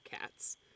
cats